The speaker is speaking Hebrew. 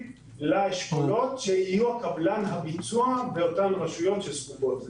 לאשכולות שיהיו קבלן הביצוע באותן רשויות שזקוקות לזה.